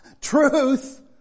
Truth